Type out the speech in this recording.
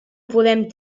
podem